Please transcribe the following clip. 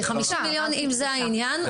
כי אם העניין הוא 50 מיליון שקלים,